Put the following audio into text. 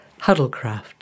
Huddlecraft